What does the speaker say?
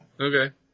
Okay